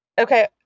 Okay